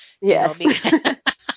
Yes